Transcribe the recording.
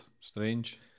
strange